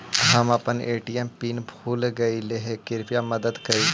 हम अपन ATM pin भूल गईली हे, कृपया मदद करी